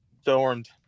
stormed